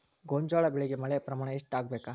ಗೋಂಜಾಳ ಬೆಳಿಗೆ ಮಳೆ ಪ್ರಮಾಣ ಎಷ್ಟ್ ಆಗ್ಬೇಕ?